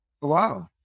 Wow